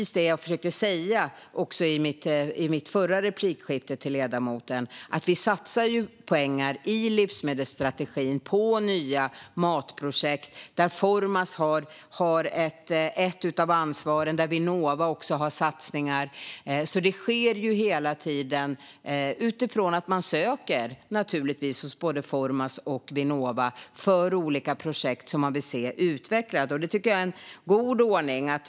Som jag försökte säga till ledamoten i mitt förra anförande satsar vi pengar i livsmedelsstrategin på nya matprojekt. Formas har en del av ansvaret. Vinnova har också satsningar. Detta sker hela tiden. Man ansöker hos Formas och Vinnova för olika projekt som man vill se utvecklade. Det tycker jag är en god ordning.